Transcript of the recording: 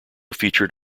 featured